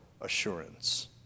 assurance